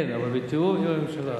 כן, אבל בתיאום עם הממשלה.